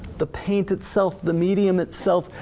the paint itself, the medium itself,